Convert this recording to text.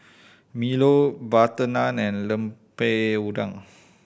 milo butter naan and Lemper Udang